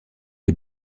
est